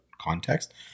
context